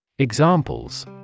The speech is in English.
Examples